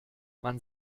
man